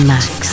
Max